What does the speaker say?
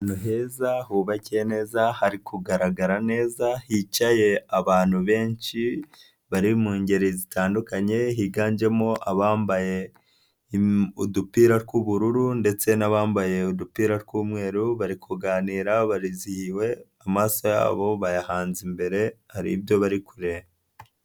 Ahantu heza hubakiye neza, hari kugaragara neza, hicaye abantu benshi bari mu ngeri zitandukanye higanjemo abambaye udupira tw'ubururu ndetse n'abambaye udupira tw'umweru bari kuganira, barizihiwe amaso yabo bayahanze imbere hari ibyo bari kureba.